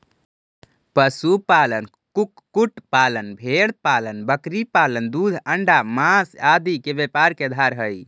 पशुपालन, कुक्कुट पालन, भेंड़पालन बकरीपालन दूध, अण्डा, माँस आदि के व्यापार के आधार हइ